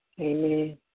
Amen